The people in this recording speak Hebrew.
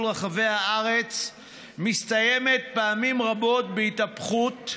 רחבי הארץ מסתיימת פעמים רבות בהתהפכות,